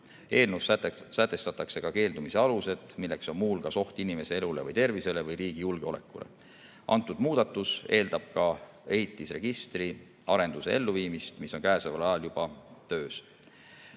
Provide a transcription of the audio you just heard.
Eelnõus sätestatakse ka keeldumise alused, milleks on muu hulgas oht inimeste elule või tervisele või riigi julgeolekule. See muudatus eeldab ka ehitisregistri arenduse elluviimist, mis on juba töös.